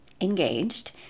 engaged